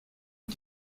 une